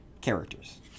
characters